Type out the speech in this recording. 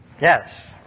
Yes